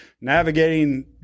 navigating